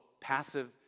passive